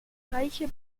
reiche